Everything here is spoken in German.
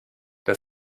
der